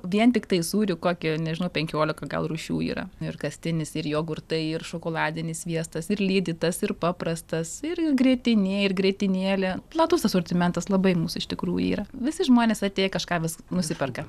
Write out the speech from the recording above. vien tiktai sūrių koki nežinau penkiolika gal rūšių yra ir kastinis ir jogurtai ir šokoladinis sviestas ir lydytas ir paprastas ir grietinė ir grietinėlė platus asortimentas labai musų iš tikrųjų yra visi žmonės atėję kažką vis nusiperka